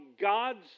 God's